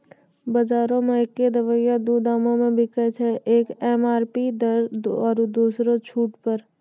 बजारो मे एक्कै दवाइ दू दामो मे बिकैय छै, एक एम.आर.पी दर आरु दोसरो छूट पर